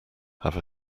have